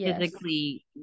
Physically